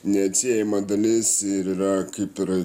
neatsiejama dalis ir yra kaip ir